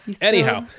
anyhow